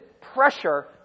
pressure